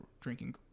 drinking